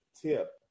tip